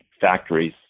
factories